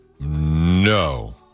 No